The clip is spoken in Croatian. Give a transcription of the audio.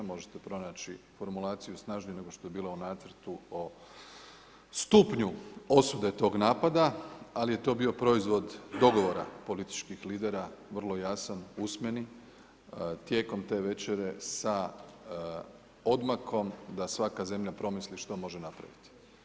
Možete pronaći formulaciju snažniju nego što je bila u nacrtu o stupnju osude tog napada, ali je to bio proizvod dogovora političkih lidera vrlo jasan usmeni tijekom te večere sa odmakom da svaka zemlja promisli što može napraviti.